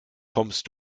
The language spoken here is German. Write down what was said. kommst